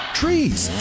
trees